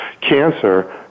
cancer